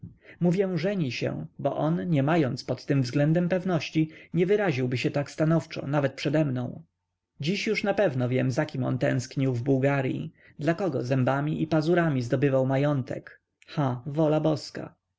łęcką mówię żeni się bo on nie mając pod tym względem pewności nie wyraziłby się tak stanowczo nawet przedemną dziś już napewno wiem za kim on tęsknił w bułgaryi dla kogo zębami i pazurami zdobywał majątek ha wola boska